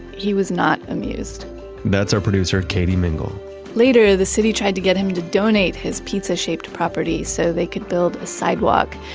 he was not amused that's our producer, katie mingle later, the city tried to get him to donate his pizza-shaped property so that they could build a sidewalk.